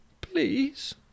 Please